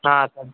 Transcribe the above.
हां सर